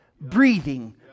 breathing